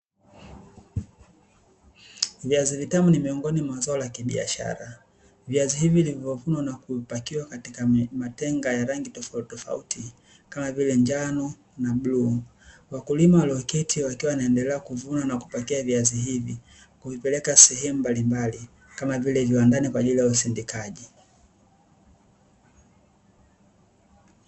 Viazi vitamu ni miongoni mwa zao la kibiashara. Viazi hivi vilivyovunwa na kupakiwa katika matenga ya rangi tofautitofauti, kama vile njano na bluu. Wakulima walioketi wakiwa wanaendelea kuvuna na kupakia viazi hivi, kuvipeleka sehemu mbalimbali kama vile viwandani kwa ajili ya usindikaji.